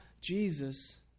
Jesus